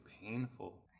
painful